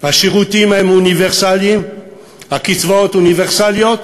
השירותים הם אוניברסליים, הקצבאות אוניברסליות,